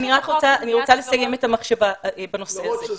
אני רוצה לסיים את המחשבה בנושא.